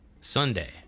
sunday